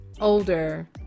older